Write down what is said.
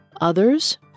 others